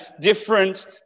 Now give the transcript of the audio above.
different